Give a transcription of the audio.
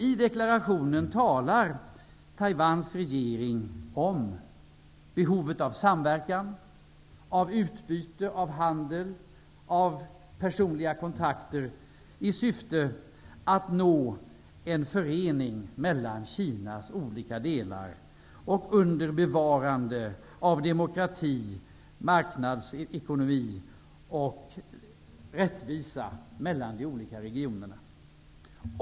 I deklarationen talar Taiwans regering om behovet av samverkan och utbyte av handel och personliga kontakter i syfte att nå en förening mellan Kinas olika delar, under bevarande av demokrati, marknadsekonomi och rättvisa mellan de olika regionerna.